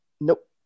Nope